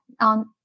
on